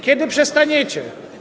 Kiedy przestaniecie?